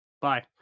Bye